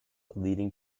leading